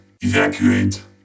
Evacuate